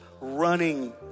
running